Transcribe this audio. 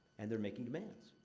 and they're making demands.